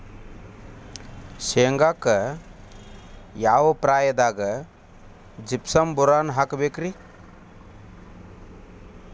ಶೇಂಗಾಕ್ಕ ಯಾವ ಪ್ರಾಯದಾಗ ಜಿಪ್ಸಂ ಬೋರಾನ್ ಹಾಕಬೇಕ ರಿ?